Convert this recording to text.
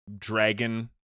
dragon